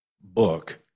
book